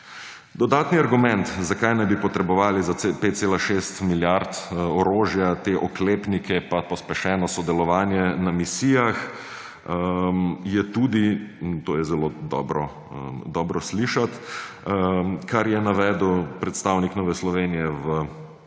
Dodaten argument, zakaj naj bi potrebovali za 5,6 milijard orožja, te oklepnike, pa pospešeno sodelovanje na misijah, je tudi − in to je zelo dobro slišati −, kar je navedel predstavnik Nove Slovenije v podajanju